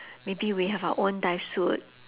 maybe we have our own dive suit